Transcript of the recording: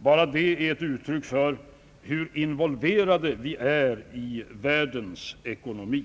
Bara detta är ett uttryck för hur involverade vi är i världens ekonomi.